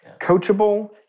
coachable